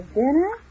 dinner